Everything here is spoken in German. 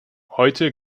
heute